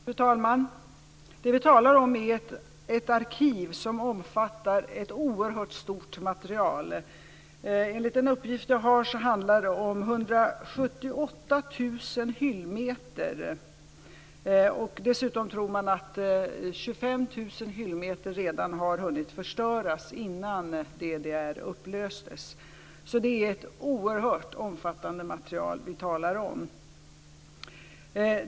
Fru talman! Det som vi talar om är ett arkiv som omfattar ett oerhört stort material. Enligt en uppgift som jag har handlar det om 178 000 hyllmeter. Dessutom tror man att 25 000 hyllmeter redan har hunnit förstöras innan DDR upplöstes. Det är alltså ett oerhört omfattande material som vi talar om.